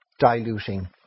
diluting